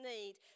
need